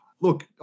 Look